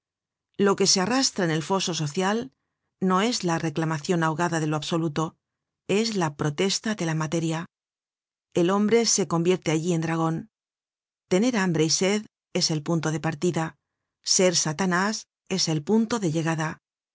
lo que se arrastra en el foso social no es la reclamacion ahogada de lo absoluto es la protesta de la materia el hombre se convierte allí en dragon tener hambre y sed es el punto de partida ser satanás es el punto de llegada